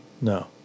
No